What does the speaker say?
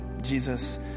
Jesus